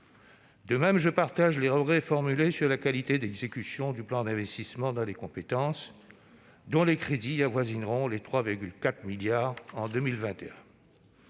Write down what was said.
De même, je partage les regrets formulés sur la qualité d'exécution du plan d'investissement dans les compétences, dont les crédits avoisineront les 3,4 milliards d'euros